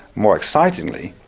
more excitingly,